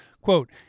quote